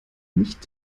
nicht